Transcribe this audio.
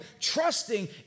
trusting